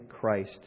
Christ